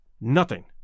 Nothing